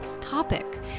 topic